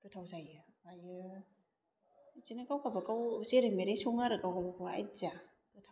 गोथाव जायो ओमफ्रायो बिदिनो गाव गाबागाव जेरै मेरै सङो आरो गाव गाबागाव आदिया गोथावआ